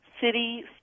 city